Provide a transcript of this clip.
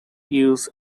use